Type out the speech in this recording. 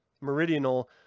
Meridional